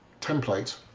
template